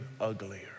uglier